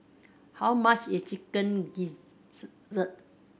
how much is chicken